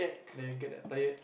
then you get that tired